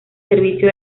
servicio